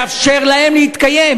לאפשר להם להתקיים.